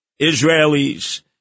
Israelis